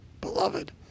Beloved